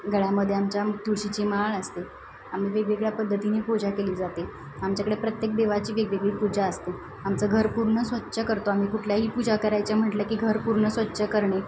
गळ्यामध्ये आमच्या तुळशीची माळ असते आम्ही वेगवेगळ्या पद्धतीने पूजा केली जाते आमच्याकडे प्रत्येक देवाची वेगवेगळी पूजा असते आमचं घर पूर्ण स्वच्छ करतो आमी कुठलीही पूजा करायचे म्हटलं की घर पूर्ण स्वच्छ करणे